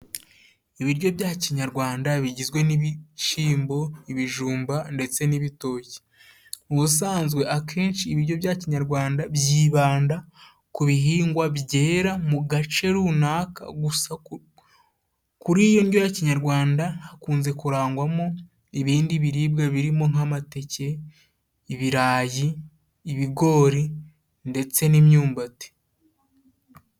Ibiryo bya kinyarwanda bigizwe n'ibishimbo, ibijumba ndetse n'ibitoki, ubusanzwe akenshi ibiryo bya kinyarwanda byibanda ku bihingwa byera mu gace runaka gusa kuri iyo ndyo ya kinyarwanda hakunze kurangwamo ibindi biribwa birimo: nk'amateke, ibirayi, ibigori ndetse n'imyumbati.